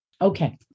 Okay